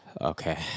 okay